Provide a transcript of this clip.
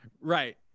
right